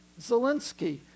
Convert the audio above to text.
Zelensky